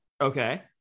Okay